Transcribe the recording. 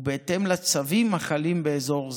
ובהתאם לצווים החלים באזור זה.